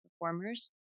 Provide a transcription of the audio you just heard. performers